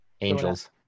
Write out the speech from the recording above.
Angels